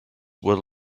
were